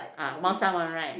ah Mao-Shan-Wang right